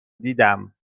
دیدم